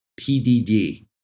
PDD